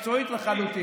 היא מקצועית לחלוטין.